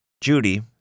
Judy